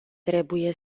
trebuie